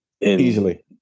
Easily